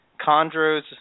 chondros